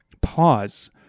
pause